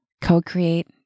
co-create